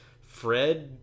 Fred